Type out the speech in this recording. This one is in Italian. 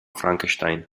frankenstein